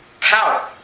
power